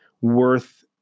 worth